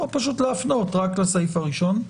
או פשוט להפנות רק את הסעיף הראשון.